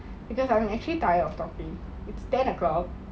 because I'm actually tired of talking it's ten o'clock